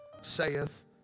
saith